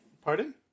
Pardon